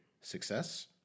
success